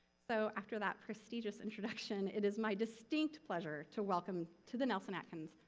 so, after that prestigious introduction, it is my distinct pleasure to welcome to the nelson-atkins,